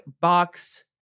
box